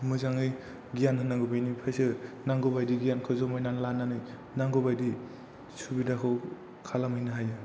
मोजाङै गियान होनांगौ बेनिफ्रायसो नांगौबायदि गियानखौ जमायनानै लानानै नांगौबायदि सुबिदाखौ खालामहैनो हायो